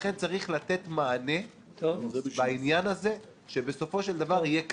לכן צריך לתת מענה בעניין הזה שבסופו של דבר יהיה כזה,